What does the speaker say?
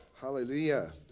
hallelujah